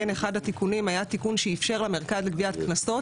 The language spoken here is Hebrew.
בין אחד התיקונים היה תיקון שאפשר למרכז לגביית קנסות